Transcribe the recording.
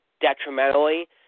detrimentally